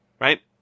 right